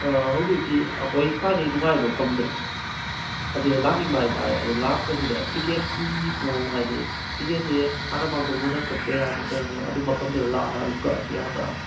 ꯍꯧꯖꯤꯛꯀꯤ ꯑꯩꯈꯣꯏ ꯈ꯭ꯋꯥꯏꯗꯒꯤ ꯅꯨꯡꯉꯥꯏꯕ ꯃꯐꯝꯁꯦ ꯑꯁꯤꯗ ꯂꯥꯛꯅꯤꯡꯕ ꯍꯥꯏꯇꯥꯔꯦ ꯑꯗꯣ ꯂꯥꯛꯄꯁꯤꯗ ꯇꯤꯛꯀꯦꯠꯀꯤ ꯃꯑꯣꯡ ꯍꯥꯏꯗꯤ ꯇꯤꯛꯀꯦꯠꯁꯤ ꯍꯥꯟꯅ ꯃꯥꯡꯖꯧꯅꯅ ꯀꯛꯇꯣꯏꯔꯥ ꯅꯠꯇ꯭ꯔꯒꯅ ꯑꯗꯨꯝ ꯃꯐꯝꯗꯨꯗ ꯂꯥꯛꯑꯒ ꯑꯗꯨꯝ ꯀꯛꯑꯁꯨ ꯌꯥꯕ꯭ꯔꯥ